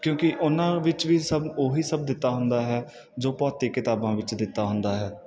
ਕਿਉਂਕਿ ਉਹਨਾਂ ਵਿੱਚ ਵੀ ਸਭ ਉਹ ਹੀ ਸਭ ਦਿੱਤਾ ਹੁੰਦਾ ਹੈ ਜੋ ਭੌਤਿਕ ਕਿਤਾਬਾਂ ਵਿੱਚ ਦਿੱਤਾ ਹੁੰਦਾ ਹੈ